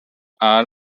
are